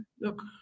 Look